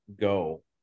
go